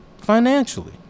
financially